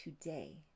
today